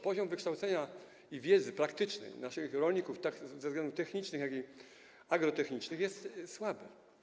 Poziom wykształcenia i wiedzy praktycznej naszych rolników tak pod względem technicznym, jak i agrotechnicznym jest słaby.